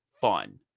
fun